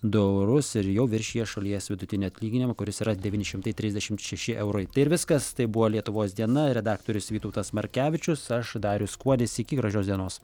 du eurus ir jau viršija šalies vidutinį atlyginimą kuris yra devyni šimtai trisdešimt šeši eurai tai ir viskas tai buvo lietuvos diena redaktorius vytautas markevičius aš darius kuodis iki gražios dienos